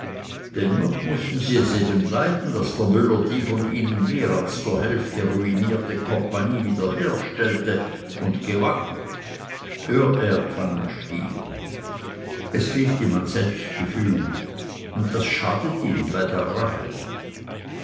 dennoch mußten sie es eben leiden daß der müller die von ihnen mehr als zur hälfte ruinierte kampagne wiederherstellte und gewann hör er pfannenstiel es fehlt ihm an selbstgefühl und das schadet ihm bei der rahel